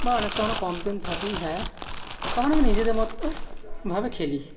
বা অনেক সময় আমরা কম ট্রেন্ড থাকি হ্যাঁ তখন আমরা নিজেদের মতোভাবে খেলি